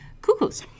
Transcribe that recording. cuckoos